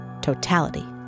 Totality